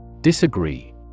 Disagree